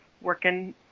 working